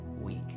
week